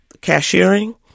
cashiering